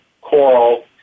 coral